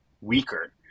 weaker